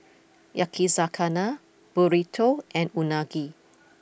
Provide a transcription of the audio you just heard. Yakizakana Burrito and Unagi